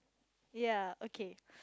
ya okay